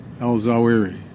al-Zawahiri